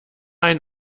ein